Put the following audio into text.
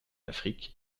afrique